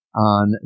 on